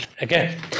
again